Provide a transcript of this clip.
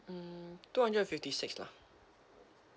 hmm two hundred and fifty six lah